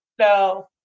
no